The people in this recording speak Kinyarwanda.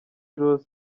rose